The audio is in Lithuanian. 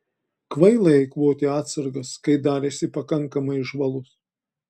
kvaila eikvoti atsargas kai dar esi pakankamai žvalus